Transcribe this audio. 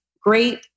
great